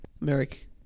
Merrick